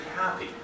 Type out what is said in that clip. happy